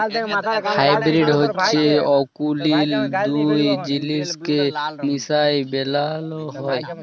hybrid হছে অকুলীল দুট জিলিসকে মিশায় বালাল হ্যয়